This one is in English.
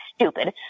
stupid